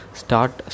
start